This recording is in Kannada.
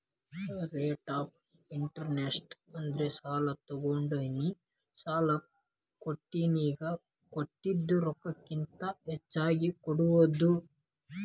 ರೇಟ್ ಆಫ್ ಇಂಟರೆಸ್ಟ್ ಅಂದ್ರ ಸಾಲಾ ತೊಗೊಂಡೋನು ಸಾಲಾ ಕೊಟ್ಟೋನಿಗಿ ಕೊಟ್ಟಿದ್ ರೊಕ್ಕಕ್ಕಿಂತ ಹೆಚ್ಚಿಗಿ ಕೊಡೋದ್